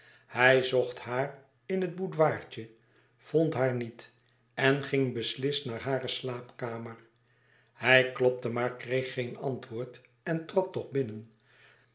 hij zocht haar in het boudoirtje vond haar niet en ging beslist naar hare slaapkamer hij klopte maar kreeg geen antwoord en trad toch binnen